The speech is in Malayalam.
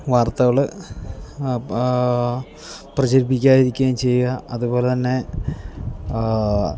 വാർത്തകൾ പ്രചരിപ്പിക്കാതിരിക്കുകയും ചെയ്യുക അതുപോലെ തന്നെ